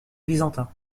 byzantin